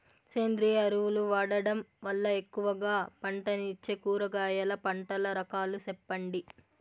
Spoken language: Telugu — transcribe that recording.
సేంద్రియ ఎరువులు వాడడం వల్ల ఎక్కువగా పంటనిచ్చే కూరగాయల పంటల రకాలు సెప్పండి?